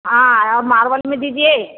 हाँ और मार्बल में दीजिए